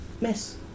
Miss